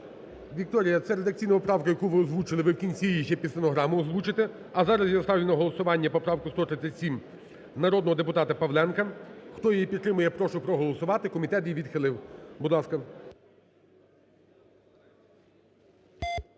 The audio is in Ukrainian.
Вікторія, цю редакційну правку, яку ви озвучили, ви в кінці її ще під стенограму озвучите. А зараз я ставлю на голосування поправку 137 народного депутата Павленка. Хто її підтримує, прошу проголосувати, комітет її відхилив. Будь ласка.